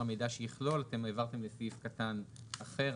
מידע שיכלול' אתם העברתם לסעיף קטן אחר.